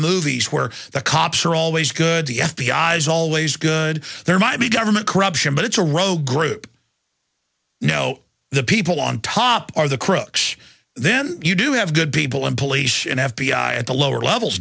movies where the cops are always good to f b i is always good there might be government corruption but it's a rogue group you know the people on top are the crooks then you do have good people and police and f b i at the lower levels